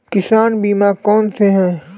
किसान बीमा कौनसे हैं?